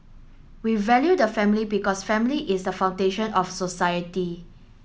we value the family because family is the foundation of society